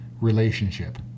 relationship